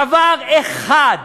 דבר אחד,